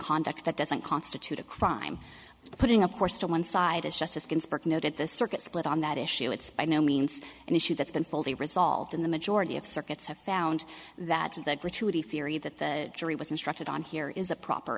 conduct that doesn't constitute a crime putting of course to one side as justice ginsburg noted the circuit split on that issue it's by no means an issue that's been fully resolved in the majority of circuits have found that the gratuity theory that the jury was instructed on here is a proper